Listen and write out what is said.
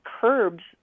curbs